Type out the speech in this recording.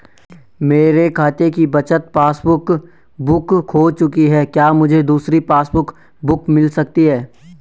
मेरे खाते की बचत पासबुक बुक खो चुकी है क्या मुझे दूसरी पासबुक बुक मिल सकती है?